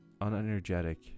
Unenergetic